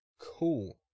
Cool